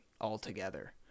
altogether